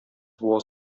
was